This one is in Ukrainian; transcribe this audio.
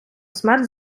смерть